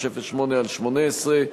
פ/1308/18,